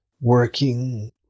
working